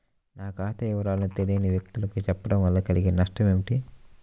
నా ఖాతా వివరాలను తెలియని వ్యక్తులకు చెప్పడం వల్ల కలిగే నష్టమేంటి?